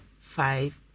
five